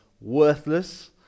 worthless